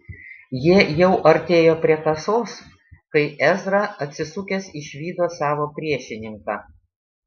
jie jau artėjo prie kasos kai ezra atsisukęs išvydo savo priešininką